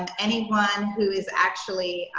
and anyone who is actually